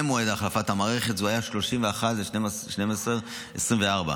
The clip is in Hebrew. מועד החלפת המערכת היה 31 בדצמבר 2024,